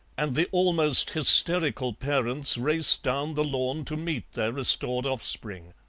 and the almost hysterical parents raced down the lawn to meet their restored offspring.